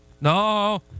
No